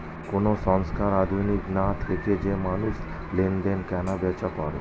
কোন সংস্থার অধীনে না থেকে যে মানুষ লেনদেন, কেনা বেচা করে